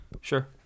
Sure